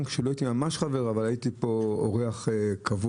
גם כשלא הייתי חבר הבית, הייתי פה אורח קבוע.